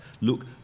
Look